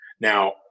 Now